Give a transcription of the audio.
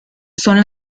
son